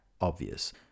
obvious